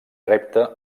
repte